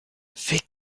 fais